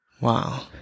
Wow